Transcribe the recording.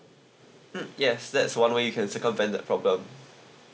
mm yes that's one way you can circumvent the problem